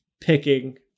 picking